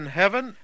heaven